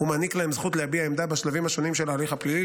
ומעניק להם זכות להביע עמדה בשלבים השונים של ההליך הפלילי.